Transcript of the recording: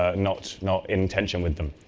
ah not not in tension with him.